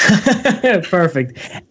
Perfect